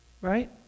Right